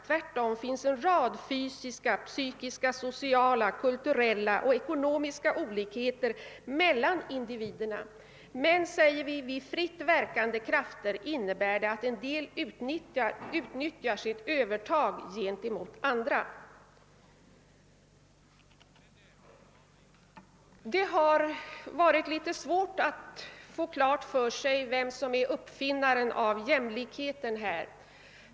Tvärtom finns en rad fysiska, psykiska, sociala, kulturella och ekonomiska olikheter mellan individerna.> Och därefter säger vi: »Vid fritt verkande krafter innebär det att en del utnyttjar sitt övertag gentemot andra.» Det har varit svårt att få klart för sig vem som är uppfinnaren av jämlikheten här.